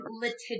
litigious